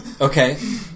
Okay